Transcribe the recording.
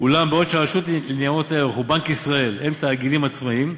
אולם בעוד הרשות לניירות ערך ובנק ישראל הם תאגידים עצמאים,